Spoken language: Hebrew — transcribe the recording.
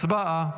הצבעה.